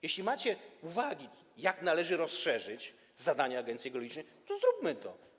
Jeśli macie uwagi, jak należy rozszerzyć zadania agencji geologicznej, to zróbmy to.